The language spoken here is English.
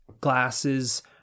glasses